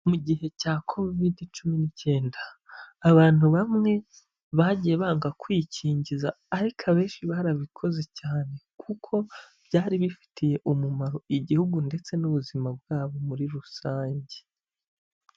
Mu gihe cya kovide cumi n'icyenda, abantu bamwe bagiye banga kwikingiza ariko abenshi barabikoze cyane kuko byari bifitiye umumaro igihugu ndetse n'ubuzima bwabo muri rusange.